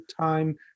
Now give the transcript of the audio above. time